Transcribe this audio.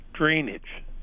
Drainage